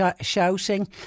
shouting